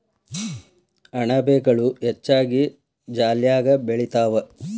ಅಣಬೆಗಳು ಹೆಚ್ಚಾಗಿ ಜಾಲ್ಯಾಗ ಬೆಳಿತಾವ